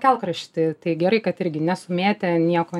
kelkraštį tai gerai kad irgi nesumėtė nieko